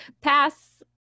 pass